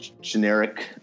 generic